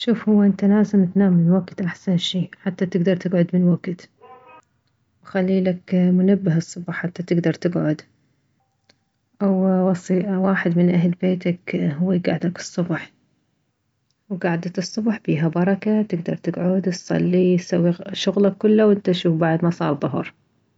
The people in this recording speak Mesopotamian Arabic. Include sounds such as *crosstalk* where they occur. شوف هو انت لازم تنام من وكت احسن شي حتى تكدر تكعد من وكت *noise* وخليلك منبه الصبح حتى تكدر تكعد اووصي واحد من اهل بيتك هو يكعدك الصبح وكعدة الصبح بيها بركة تكدر تكعد تصلي تسوي شغلك كله وانت شوف بعد ما صار ظهر